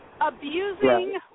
Abusing